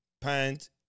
Pant